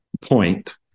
point